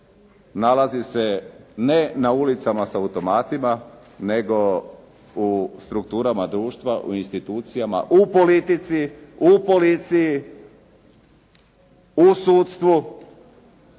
Nalazi se ne na ulicama sa automatima, nego u strukturama društva, u institucijama, u politici, u policiji, u sudstvu,